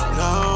no